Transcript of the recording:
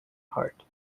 heart